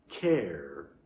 care